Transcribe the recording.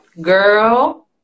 Girl